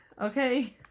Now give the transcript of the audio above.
okay